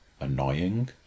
annoying